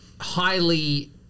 highly